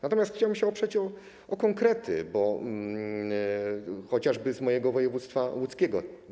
Natomiast chciałbym się oprzeć o konkrety, chociażby z mojego województwa łódzkiego.